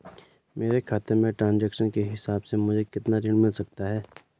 मेरे खाते के ट्रान्ज़ैक्शन के हिसाब से मुझे कितना ऋण मिल सकता है?